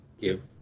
give